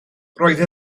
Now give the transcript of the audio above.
roedd